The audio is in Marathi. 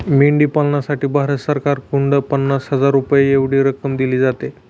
मेंढी पालनासाठी भारत सरकारकडून पन्नास हजार रुपये एवढी रक्कम दिली जाते